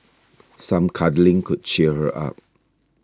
some cuddling could cheer her up